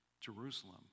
Jerusalem